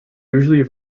usually